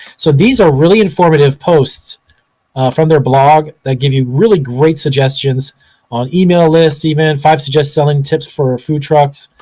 so these are really informative posts from their blog that give you really great suggestions on email lists, even, five suggestive selling tips for food trucks,